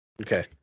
Okay